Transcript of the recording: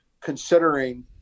considering